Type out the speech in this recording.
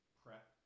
prep